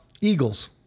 Eagles